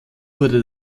wurde